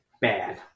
bad